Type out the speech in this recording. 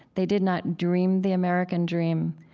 they did not dream the american dream,